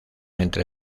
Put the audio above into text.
entre